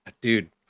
dude